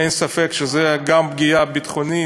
אין ספק שזו גם פגיעה ביטחונית,